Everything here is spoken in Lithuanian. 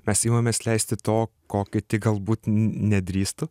mes imamės leisti to ko kiti galbūt nedrįstų